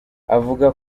avuga